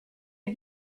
had